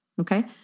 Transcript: Okay